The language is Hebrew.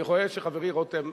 אני רואה שחברי רותם,